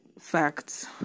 facts